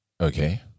Okay